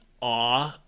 awe